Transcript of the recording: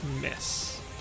miss